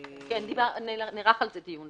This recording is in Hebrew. כן, נערך על זה דיון.